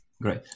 great